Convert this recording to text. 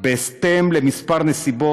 בכמה נסיבות,